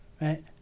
right